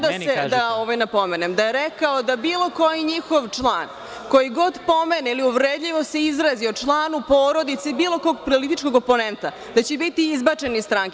Samo da napomenem da je rekao da bilo koji njihov član koji god pomene ili uvredljivo se izrazi o članu porodice i bilo kog političkog oponenta da će biti izbačen iz stranke.